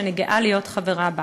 שאני גאה להיות חברה בה.